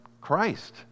Christ